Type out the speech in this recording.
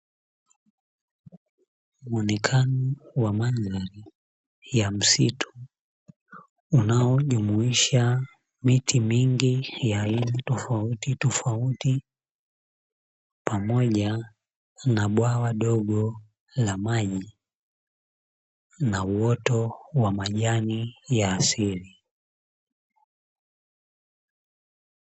Muonekano wa madhari ya msitu unaojumuisha miti mingi ya aina tofautitofauti, pamoja na bwawa dogo la maji na uoto wa majani ya asili.